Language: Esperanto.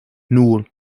nul